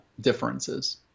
differences